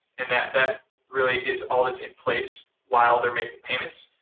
and that that really is all that's in place while they're making payments.